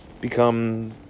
become